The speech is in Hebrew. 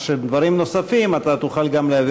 על דברים נוספים אתה תוכל גם להעביר